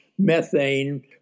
methane